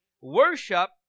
worship